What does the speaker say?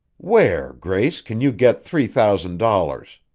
where, grace, can you get three thousand dollars?